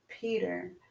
Peter